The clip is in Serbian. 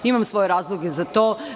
Imam svoje razloge za to.